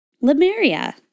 Lemuria